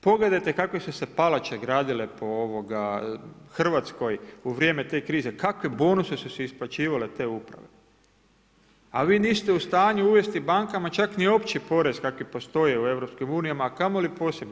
Pogledajte kakve su se palače gradile po Hrvatskoj u vrijeme te krize, kakve bonuse su si isplaćivale te uprave, a vi niste u stanju uvesti bankama čak ni opći porez kakvi postoji u EU, a kamoli poseban.